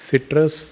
citrus